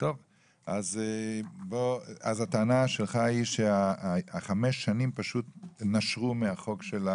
אז הטענה שלך היא שחמש השנים פשוט נשרו מהחוק.